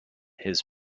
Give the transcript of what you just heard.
his